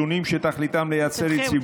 הוספת יום חופשה והסדר להשלמת שעות